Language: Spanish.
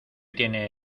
tiene